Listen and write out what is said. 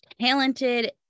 talented